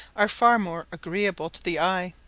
are far more agreeable to the eye,